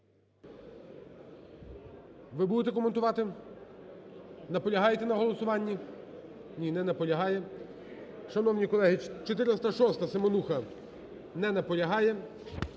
Ви будете коментувати? Наполягаєте на голосуванні? Ні, не наполягає. Шановні колеги, 406-а, Семенуха. Не наполягає.